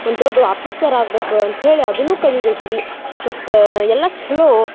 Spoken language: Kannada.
ಒಂದು ದೊಡ್ಡು ಆಫೀಸರ್ ಆಗ್ಬೇಕು ಅಂತೇಳಿ ಅದನ್ನು ಕಲಿಬೇಕು ರೀ ಮತ್ತೆ ಎಲ್ಲ ಛಲೋ